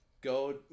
go